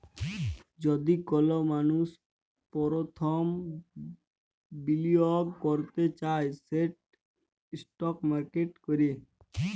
যদি কল মালুস পরথম বিলিয়গ ক্যরতে চায় সেট ইস্টক মার্কেটে ক্যরে